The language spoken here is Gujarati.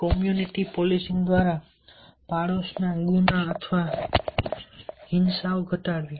કોમ્યુનિટી પોલીસિંગ દ્વારા પડોશના ગુના અથવા હિંસા ઘટાડવી